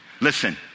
Listen